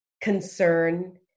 concern